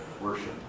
worship